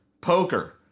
Poker